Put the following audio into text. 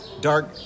dark